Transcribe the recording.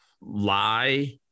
lie